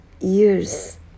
years